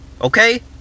Okay